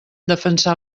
defensar